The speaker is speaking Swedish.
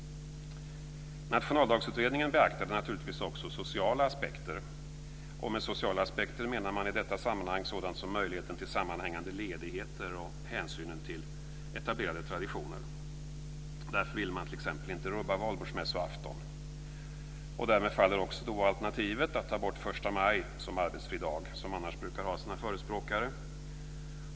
Nationaldagsutredningen beaktade naturligtvis också sociala aspekter. Med sociala aspekter menar man i detta sammanhang sådant som möjligheten till sammanhängande ledigheter och hänsynen till etablerade traditioner. Därför vill man t.ex. inte rubba Valborgsmässoafton. Därmed faller också alternativet att ta bort förstamaj som arbetsfri dag, som annars brukar ha sina förespråkare.